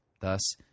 Thus